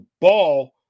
ball